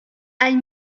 aille